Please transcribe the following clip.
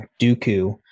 Dooku